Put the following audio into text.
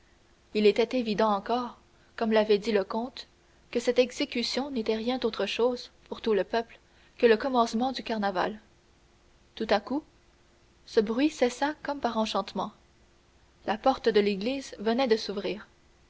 il était évident encore comme l'avait dit le comte que cette exécution n'était rien autre chose pour tout le peuple que le commencement du carnaval tout à coup ce bruit cessa comme par enchantement la porte de l'église venait de s'ouvrir